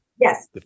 Yes